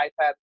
iPad